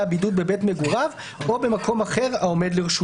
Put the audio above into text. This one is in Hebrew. הבידוד בבית מגוריו או במקום אחר העומד לרשותו.